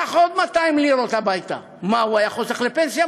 קח עוד 200 לירות הביתה, מה, הוא היה חוסך לפנסיה?